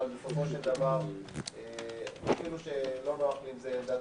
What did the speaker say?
אבל בסופו של דבר אפילו שלא נוח לי שזו עמדת